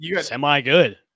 semi-good